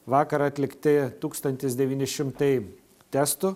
vakar atlikti tūkstantis devyni šimtai testų